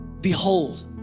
Behold